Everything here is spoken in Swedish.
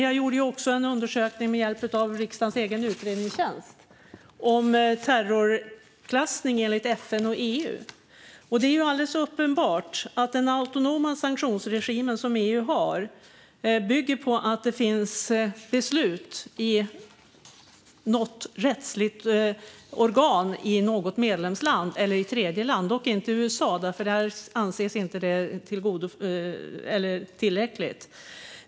Jag lät också, med hjälp av riksdagens egen utredningstjänst, göra en undersökning om terrorklassning enligt FN och EU. Det är ju alldeles uppenbart att den autonoma sanktionsregim som EU har bygger på att det finns beslut i något rättsligt organ i något medlemsland eller i ett tredjeland - dock inte i USA, för det anses inte tillräckligt.